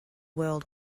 world